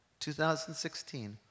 2016